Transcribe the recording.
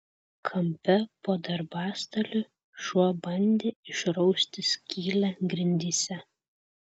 kampe po darbastaliu šuo bandė išrausti skylę grindyse